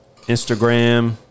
Instagram